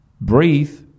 breathe